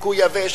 ניקוי יבש,